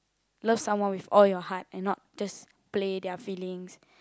love someone with all your heart and not just play their feelings